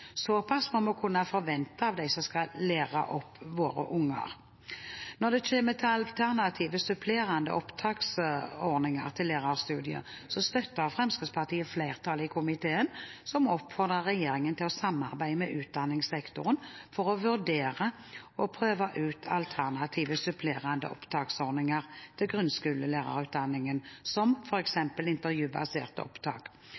må vi kunne forvente av dem som skal lære opp våre barn. Når det kommer til alternative/supplerende opptaksordninger til lærerstudiene, støtter Fremskrittspartiet flertallet i komiteen, som oppfordrer regjeringen til å samarbeide med utdanningssektoren for å vurdere å prøve ut alternative/supplerende opptaksordninger til grunnskolelærerutdanningen, som f.eks. intervjubaserte opptak.